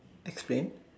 explain